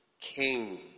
king